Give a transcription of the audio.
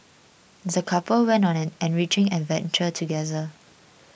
the couple went on an enriching adventure together